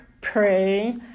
pray